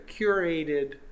curated